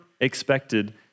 expected